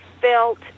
felt